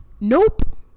Nope